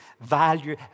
value